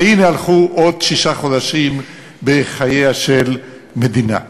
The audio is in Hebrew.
והנה, הלכו עוד שישה חודשים בחייה של מדינה.